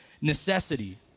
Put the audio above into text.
necessity